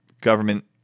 government